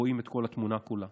רואים את כל התמונה כולה,